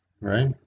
right